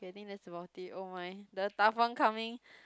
I think that's about it oh my the tough one coming